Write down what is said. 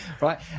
right